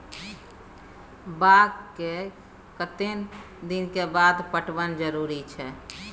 बाग के कतेक दिन के बाद पटवन जरूरी छै?